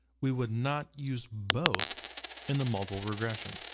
we would not use both in the multiple regression.